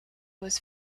was